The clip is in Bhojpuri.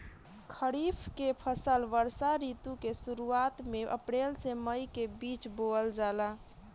खरीफ के फसल वर्षा ऋतु के शुरुआत में अप्रैल से मई के बीच बोअल जाला